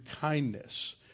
kindness